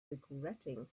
regretting